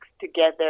together